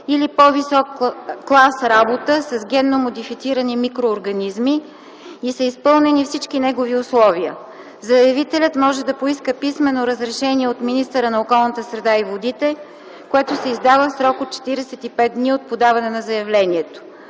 или по висок клас работа с генно модифицирани микроорганизми и са изпълнени всички негови условия. Заявителят може да поиска писмено разрешение от министъра на околната среда и водите, което се издава в срок 45 дни от подаване на заявлението.